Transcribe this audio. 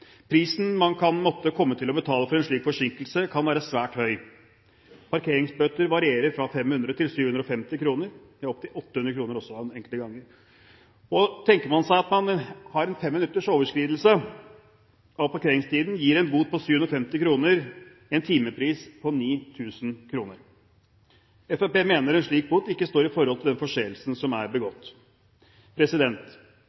Prisen man kan måtte komme til å betale for en slik forsinkelse, kan være svært høy. Parkeringsbøter varierer fra 500 kr til 750 kr – ja, også opptil 800 kr enkelte ganger. Tenker man seg at man har en femminutters overskridelse av parkeringstiden, gir en bot på 750 kr en timepris på 9 000 kr. Fremskrittspartiet mener en slik bot ikke står i forhold til den forseelsen som er